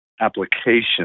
application